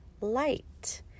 light